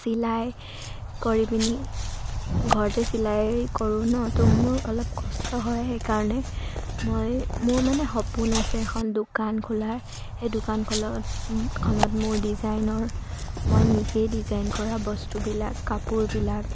চিলাই কৰি পিনি ঘৰতে চিলাই কৰোঁ ন ত' মোৰ অলপ কষ্ট হয় সেইকাৰণে মই মোৰ মানে সপোন আছে এখন দোকান খোলাৰ সেই দোকান খোল খনত মোৰ ডিজাইনৰ মই নিজেই ডিজাইন কৰা বস্তুবিলাক কাপোৰবিলাক